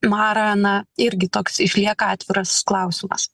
marą na irgi toks išlieka atviras klausimas